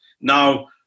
Now